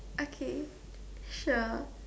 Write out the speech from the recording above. okay sure